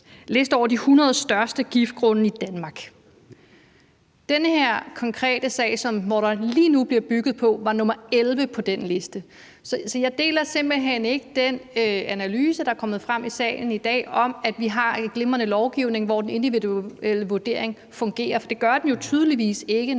over de 100 største giftgrunde i Danmark. Den her konkrete grund, som der lige nu bliver bygget på, var nr. 11 på den liste. Så jeg deler simpelt hen ikke den analyse, der er kommet frem i sagen i dag, om, at vi har en glimrende lovgivning, hvor den individuelle vurdering fungerer, for det gør den jo tydeligvis ikke, når